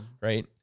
Right